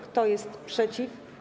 Kto jest przeciw?